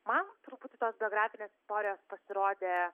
man truputį tos biografinės istorijos pasirodė